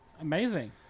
amazing